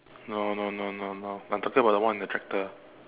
no no no no no I'm talking about the one on the tractor